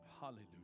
Hallelujah